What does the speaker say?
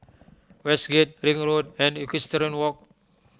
Westgate Ring Road and Equestrian Walk